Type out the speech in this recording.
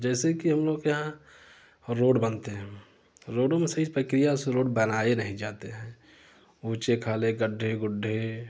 जैसे की हम लोग के यहाँ रोड बनते है रोडों में सही प्रक्रिया से रोड बनाए नहीं जाते है ऊंचे खाले गड्ढे गुढ़े